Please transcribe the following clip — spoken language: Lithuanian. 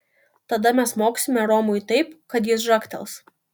tada mes smogsime romui taip kad jis žagtels